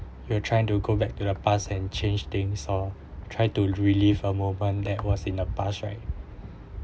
you're trying to go back to the past and change things or try to relive a moment that was in the past right